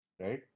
right